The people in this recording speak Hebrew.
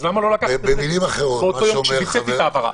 אז למה לא לקחת את זה באותו יום כשביצעתי את ההעברה?